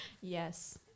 Yes